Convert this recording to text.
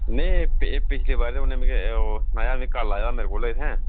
में पिच्छली बारी उन्ने मिगी ओह् सनाया ही मिगी कल्ल आया मेरे कोल इत्थै